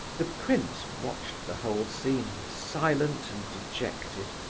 the prince watched the whole scene, silent and dejected.